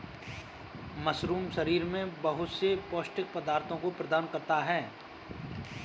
mushroom शरीर में बहुत से पौष्टिक पदार्थों को प्रदान करता है